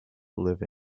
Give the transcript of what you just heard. live